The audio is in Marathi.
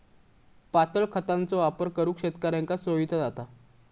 पातळ खतांचो वापर करुक शेतकऱ्यांका सोयीचा जाता